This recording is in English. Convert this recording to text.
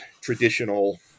traditional